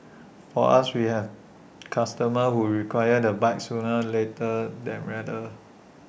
for us we have customers who require the bike sooner later than rather